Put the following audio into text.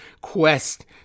quest